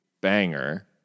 banger